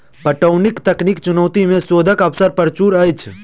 पटौनीक तकनीकी चुनौती मे शोधक अवसर प्रचुर अछि